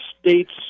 states